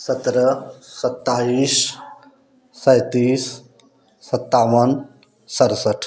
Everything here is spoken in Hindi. सत्रह सत्ताईस सैंतीस सत्तावन सड़सठ